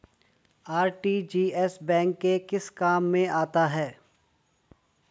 RTGS bank के किस काम में आता है?